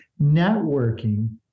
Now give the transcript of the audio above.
networking